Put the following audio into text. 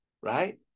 right